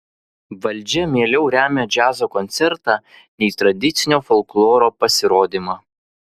valdžia mieliau remia džiazo koncertą nei tradicinio folkloro pasirodymą